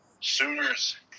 Sooners